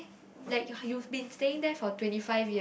like you've been staying there for twenty five year